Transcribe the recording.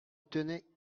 tenait